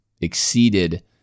exceeded